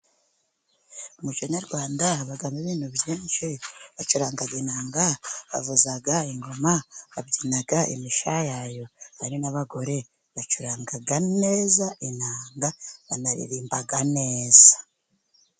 Mu muco nyarwanda habamo ibintu byinshi. Bacuranga inanga, bavuza ingoma, babyina imishayayo, ari n'abagore bacuranga neza inanga banaririmba neza.